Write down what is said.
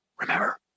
Remember